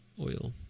oil